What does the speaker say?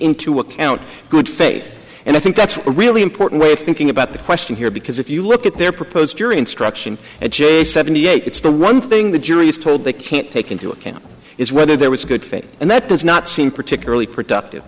into account good faith and i think that's a really important way of thinking about the question here because if you look at their proposed jury instruction a j seventy eight it's the one thing the jury is told they can't take into account is whether there was a good faith and that does not seem particularly productive